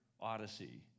odyssey